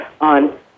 on